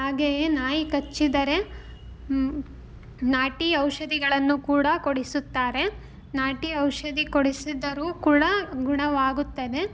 ಹಾಗೆಯೇ ನಾಯಿ ಕಚ್ಚಿದರೆ ನಾಟಿ ಔಷಧಿಗಳನ್ನೂ ಕೂಡ ಕೊಡಿಸುತ್ತಾರೆ ನಾಟಿ ಔಷಧಿ ಕೊಡಿಸಿದರೂ ಕೂಡ ಗುಣವಾಗುತ್ತದೆ